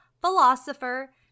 philosopher